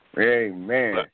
Amen